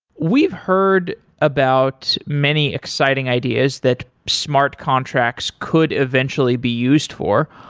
we've heard about many exciting ideas that smart contracts could eventually be used for.